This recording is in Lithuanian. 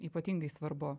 ypatingai svarbu